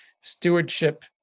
stewardship